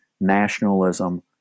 nationalism